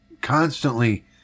constantly